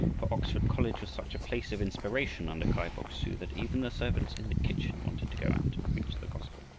for oxford college was such a place of inspiration under kai bok-su, that even the servants in the kitchen wanted to go out and preach the gospel.